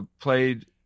Played